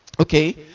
Okay